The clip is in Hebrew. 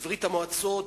בברית-המועצות,